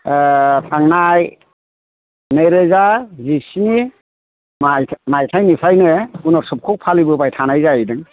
थांनाय नैरोजा जिस्नि माइ माइथाय निफ्रायनो गुनटसभखौ फालिबोबाय थानाय जाहैदों